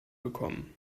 bekommen